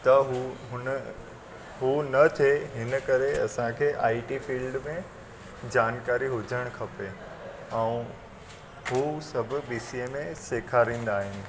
त हू हुन हू न थिए हिन करे असांखे आई टी फील्ड में जानकारी हुजणु खपे ऐं हू सभु बी सी ए में सेखारींदा आहिनि